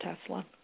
Tesla